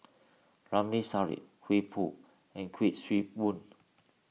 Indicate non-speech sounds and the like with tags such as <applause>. Ramli Sarip Hoey <unintelligible> and Kuik Swee Boon